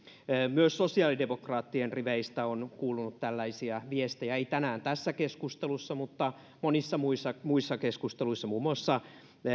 myös sosiaalidemokraattien riveistä on kuulunut tällaisia viestejä ei tänään tässä keskustelussa mutta monissa muissa muissa keskusteluissa muun muassa